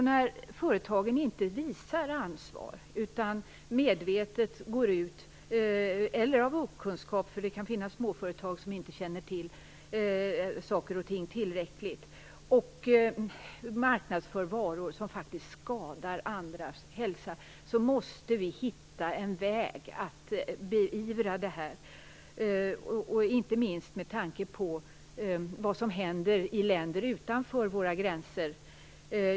När företagen inte visar ansvar utan medvetet eller av okunskap - det kan finnas småföretag som inte känner till saker och ting tillräckligt - marknadsför varor som faktiskt skadar andras hälsa, måste vi hitta en väg att beivra det, inte minst med tanke på vad som händer i länder utanför våra gränser.